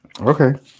Okay